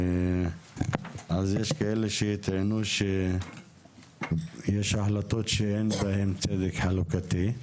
אז יש כאלה שיטענו שיש החלטות שאין בהן צדק חלוקתי,